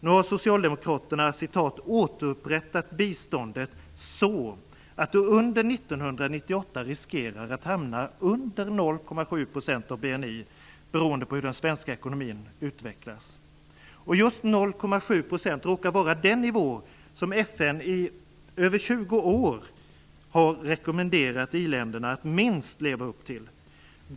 Nu har Socialdemokraterna "återupprättat biståndet" så att det under 1998 riskerar att hamna under 0,7 % av BNI, beroende på hur den svenska ekonomin utvecklas. Just 0,7 % råkar vara den nivå som FN i över 20 år rekommenderat i-länderna att minst leva upp till.